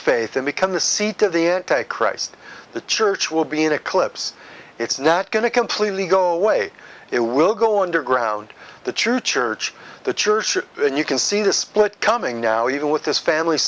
faith and become the seat of the anti christ the church will be in eclipse it's not going to completely go away it will go underground the true church the church and you can see the split coming now even with this family